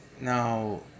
now